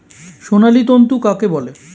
সোনালী তন্তু কাকে বলে?